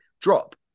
drop